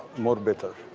more better